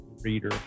reader